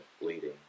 bleeding